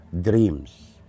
dreams